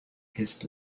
his